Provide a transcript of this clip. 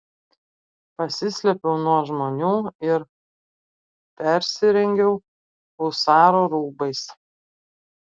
pasislėpiau nuo žmonių ir persirengiau husaro rūbais